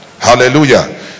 Hallelujah